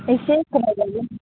एसे खमाय जायो